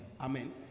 Amen